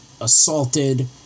assaulted